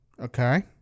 Okay